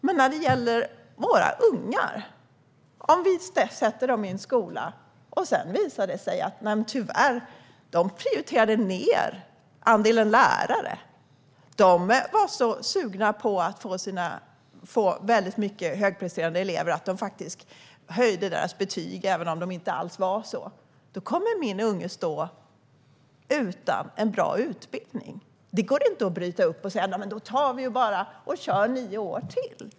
Men om vi sätter våra ungar i en skola och den skolan prioriterar ned andelen lärare och är så sugen på att få många högpresterande elever att den höjer deras betyg utan grund kommer våra ungar att stå utan en bra utbildning. De nio åren går inte att bryta upp och ta om.